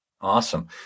Awesome